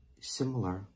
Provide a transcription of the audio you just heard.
similar